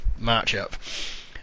matchup